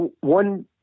one